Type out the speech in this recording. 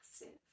massive